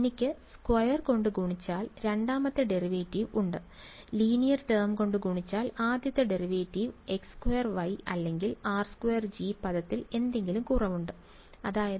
എനിക്ക് സ്ക്വയർ കൊണ്ട് ഗുണിച്ചാൽ രണ്ടാമത്തെ ഡെറിവേറ്റീവ് ഉണ്ട് ലീനിയർ ടേം കൊണ്ട് ഗുണിച്ചാൽ ആദ്യത്തെ ഡെറിവേറ്റീവ് x2y അല്ലെങ്കിൽ r2G പദത്തിൽ എന്തെങ്കിലും കുറവുണ്ട് അതായത്